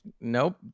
Nope